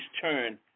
turn